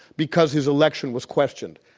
because his election was questioned.